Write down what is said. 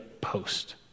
post